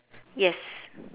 yes